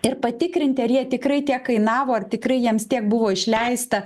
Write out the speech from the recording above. ir patikrinti ar jie tikrai tiek kainavo ar tikrai jiems tiek buvo išleista